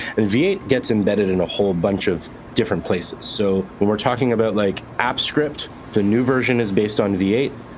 and v eight gets embedded in a whole bunch of different places. so when we're talking about like apps script, the new version is based on v eight.